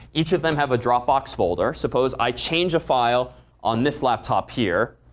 each of them have a dropbox folder. suppose i change a file on this laptop here.